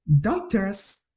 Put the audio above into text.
Doctors